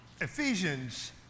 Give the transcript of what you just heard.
Ephesians